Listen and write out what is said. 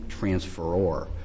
transferor